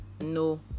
no